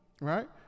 right